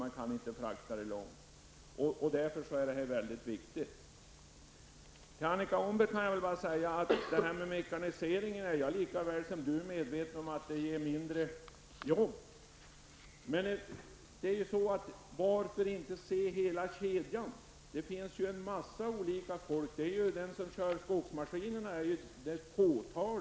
Man har inte råd att frakta virket några längre sträckor. Det är därför som detta är så viktigt. Jag är lika väl som Annika Åhnberg medveten om att mekaniseringen leder till färre arbetstillfällen. Varför inte se hela kedjan? Det finns en mängd olika grupper. De som kör skogsmaskiner utgör ju bara ett fåtal.